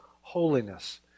holiness